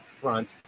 front